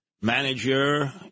Manager